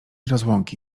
rozłąki